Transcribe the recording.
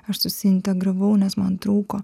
aš susiintegravau nes man trūko